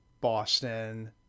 Boston